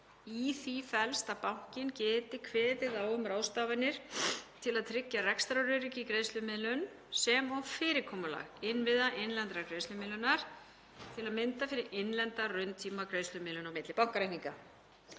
Í því felst að bankinn geti kveðið á um ráðstafanir til að tryggja rekstraröryggi í greiðslumiðlun sem og fyrirkomulag innviða innlendra greiðslumiðlunar, til að mynda fyrir innlenda rauntímagreiðslumiðlun á milli bankareikninga.